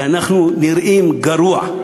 כי אנחנו נראים גרוע.